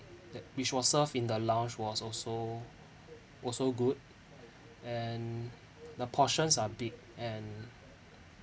that which was served in the lounge was also also good and the portions are big and